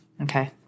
Okay